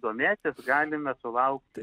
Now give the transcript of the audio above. domėtis galime sulaukt